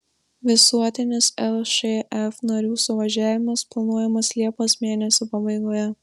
visuotinis lšf narių suvažiavimas planuojamas liepos mėnesio pabaigoje